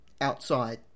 outside